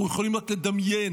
אנחנו יכולים לדמיין